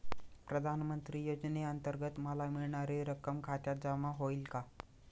प्रधानमंत्री योजनेअंतर्गत मला मिळणारी रक्कम खात्यात जमा होईल का?